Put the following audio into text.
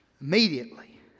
Immediately